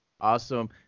Awesome